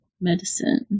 medicine